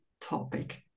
topic